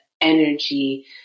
energy